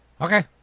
Okay